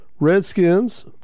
Redskins